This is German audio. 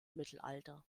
mittelalter